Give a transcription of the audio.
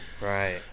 Right